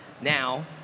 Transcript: now